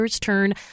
Turn